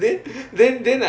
okay